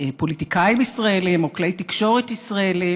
מפוליטיקאים ישראלים או כלי תקשורת ישראליים,